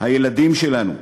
הילדים שלנו,